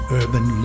urban